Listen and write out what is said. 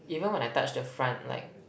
even when I touch the front like